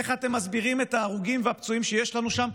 איך אתם מסבירים את ההרוגים והפצועים שיש לנו שם?